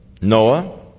Noah